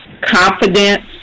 confidence